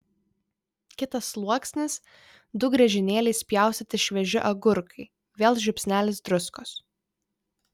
kitas sluoksnis du griežinėliais pjaustyti švieži agurkai vėl žiupsnelis druskos